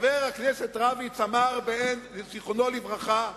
חבר הכנסת רביץ, זיכרונו לברכה,